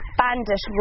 bandit